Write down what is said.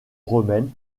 romaine